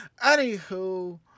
Anywho